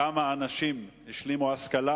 כמה אנשים השלימו השכלה,